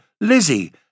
Lizzie